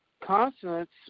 consonants